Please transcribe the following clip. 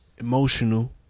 Emotional